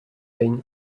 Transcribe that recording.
день